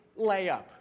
layup